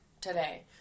today